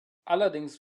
allerdings